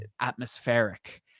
atmospheric